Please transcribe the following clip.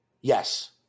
Yes